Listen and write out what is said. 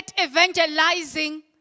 evangelizing